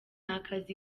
akazi